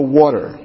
water